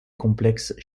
complexes